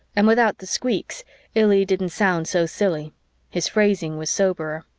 and without the squeaks illy didn't sound so silly his phrasing was soberer.